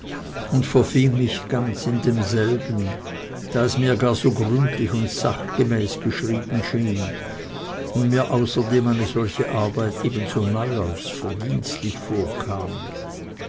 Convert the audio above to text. und verfing mich ganz in demselben da es mir gar so gründlich und sachgemäß geschrieben schien und mir außerdem eine solche arbeit ebenso neu als verdienstlich vorkam